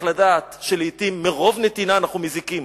לדעת שלעתים מרוב נתינה אנחנו מזיקים.